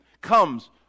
comes